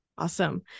Awesome